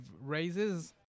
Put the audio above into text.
raises